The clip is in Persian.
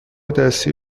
دستی